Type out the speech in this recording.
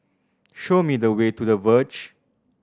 show me the way to The Verge